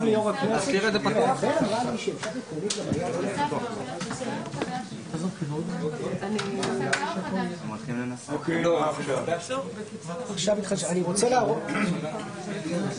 ננעלה בשעה 16:22.